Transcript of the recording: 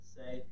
say